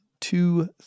two